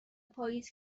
پائیز